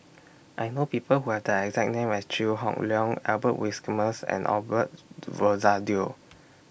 I know People Who Have The exact name as Chew Hock Leong Albert Winsemius and Osbert Rozario